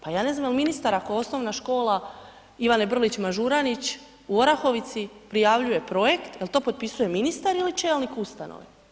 Pa ja ne znam je li ministar, ako Osnovna škola Ivane Brlić Mažuranić u Orahovici prijavljuje projekt, je li to potpisuje ministar ili čelnik ustanove?